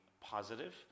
positive